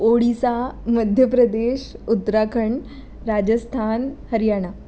Odisha Madhya Pradesh Uttarakhand Rajasthan Haryana